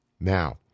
Now